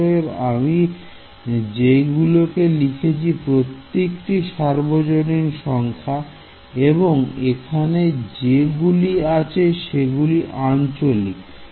অতএব আমি যেইগুলো লিখেছি প্রত্যেকটি সার্বজনীন সংখ্যা এবং এখানে যে গুলি আছে সেগুলি আঞ্চলিক